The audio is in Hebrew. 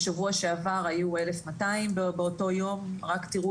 בשבוע שעבר היום 1,200 מאומתים באותו היום אז רק תראו